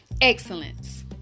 excellence